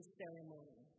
ceremony